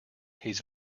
he’s